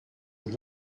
und